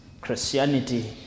Christianity